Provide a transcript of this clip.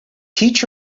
teach